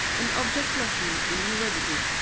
an object-lesson in heredity.